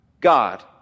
God